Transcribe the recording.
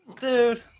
Dude